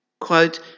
Quote